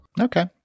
Okay